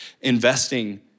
Investing